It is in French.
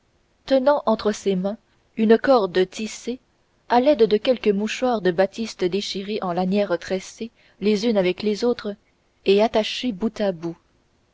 tenant entre ses mains une corde tissée à l'aide de quelques mouchoirs de batiste déchirés en lanières tressées les unes avec les autres et attachées bout à bout